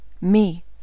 me